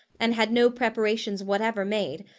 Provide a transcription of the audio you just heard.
and had no preparations whatever made,